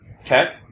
Okay